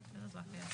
הלאה,